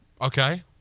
okay